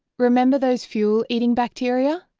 remember those fuel-eating bacteria?